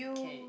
okay